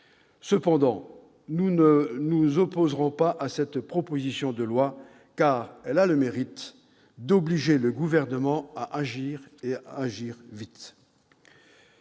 Cependant, nous ne nous opposerons pas à cette proposition de loi, car elle a le mérite d'obliger le Gouvernement à agir, et à agir vite.